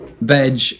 veg